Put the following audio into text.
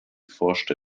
forschte